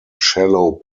shallow